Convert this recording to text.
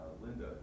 Linda